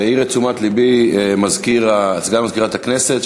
העיר את תשומת לבי סגן מזכירת הכנסת,